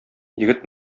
егет